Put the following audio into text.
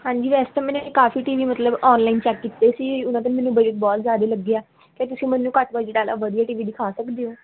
ਹਾਂਜੀ ਵੈਸੇ ਤਾਂ ਮੈਨੇ ਕਾਫੀ ਟੀ ਵੀ ਮਤਲਬ ਔਨਲਾਈਨ ਚੈੱਕ ਕੀਤੇ ਸੀ ਉਹਨਾਂ ਦੇ ਮੈਨੂੰ ਬਜਟ ਬਹੁਤ ਜ਼ਿਆਦੇ ਲੱਗਿਆ ਤਾਂ ਤੁਸੀਂ ਮੈਨੂੰ ਘੱਟ ਬਜਟ ਵਾਲਾ ਜਿਹੜਾ ਆ ਵਧੀਆ ਟੀ ਵੀ ਦਿਖਾ ਸਕਦੇ ਹੋ